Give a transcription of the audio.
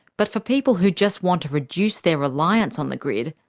but for people who just want to reduce their reliance on the grid,